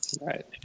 Right